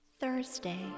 Thursday